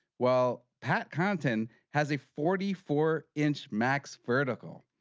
well pat content has a forty four inch max vertical.